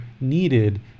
needed